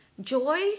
Joy